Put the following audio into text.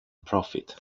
profit